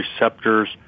receptors